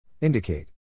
Indicate